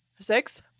Six